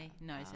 No